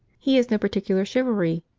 he has no particular chivalry.